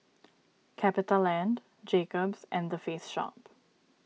CapitaLand Jacob's and the Face Shop